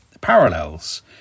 parallels